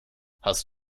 hast